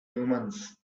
omens